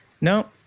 No